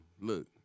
look